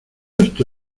esto